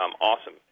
awesome